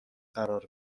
قرار